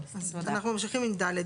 אנחנו ממשיכים עם (ד).